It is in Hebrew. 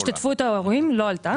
השתתפות ההורים לא עלתה.